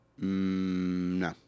No